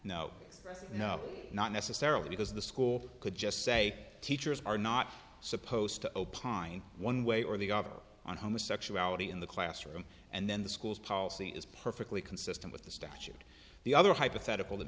no no not necessarily because the school could just say teachers are not supposed to opine one way or the other on homosexuality in the classroom and then the school's policy is perfectly consistent with the statute the other hypothetical the